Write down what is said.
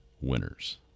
winners